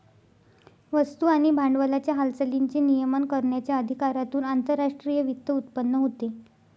वस्तू आणि भांडवलाच्या हालचालींचे नियमन करण्याच्या अधिकारातून आंतरराष्ट्रीय वित्त उत्पन्न होते